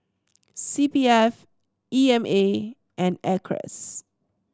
C P F E M A and Acres